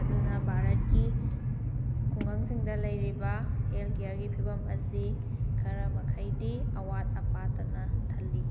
ꯑꯗꯨꯅ ꯚꯥꯔꯠꯀꯤ ꯈꯨꯡꯒꯪꯁꯤꯡꯗ ꯂꯩꯔꯤꯕ ꯍꯦꯜꯊ ꯀꯤꯌꯔꯒꯤ ꯐꯤꯕꯝ ꯑꯁꯤ ꯈꯔ ꯃꯈꯩꯗꯤ ꯑꯋꯥꯠ ꯑꯄꯥꯇꯅ ꯊꯜꯂꯤ